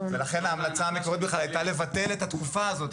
לכן ההמלצה המקורית הייתה לבטל את התקופה הזאת,